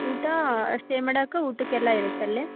ಊಟ ಸ್ಟೇ ಮಾಡಕ್ಕೆ ಊಟಕ್ಕೆಲ್ಲ ಇರತ್ತಾ ಅಲ್ಲೇ